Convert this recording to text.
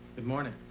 good morning.